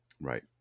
Right